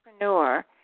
entrepreneur